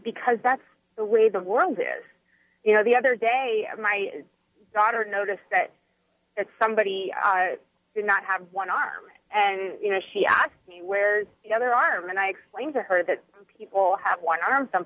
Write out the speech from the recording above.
because that's the way the world is you know the other day my daughter noticed that that somebody did not have one arm and you know she asked me where's the other arm and i explained to her that people have one arm some